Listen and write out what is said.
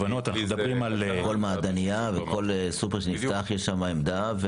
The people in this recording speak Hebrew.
כל מעדנייה וכל סופר שנפתח, יש שם עמדה.